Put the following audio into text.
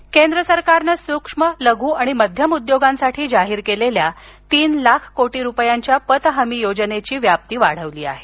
योजना विस्तार केंद्र सरकारनं सूक्ष्म लघु आणि मध्यम उद्योगांसाठी जाहीर केलेल्या तीन लाख कोटी रुपयांच्या पत हमी योजनेची व्याप्ती वाढवली आहे